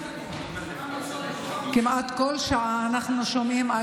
הם מחבקים אנשים שמסיתים נגד אנשים כל הזמן.